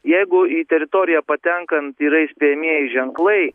jeigu į teritoriją patenkant yra įspėjamieji ženklai